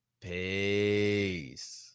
Peace